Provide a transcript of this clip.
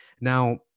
now